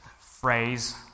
phrase